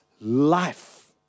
life